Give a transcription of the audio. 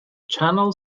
channel